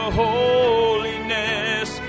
holiness